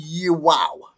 Wow